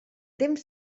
temps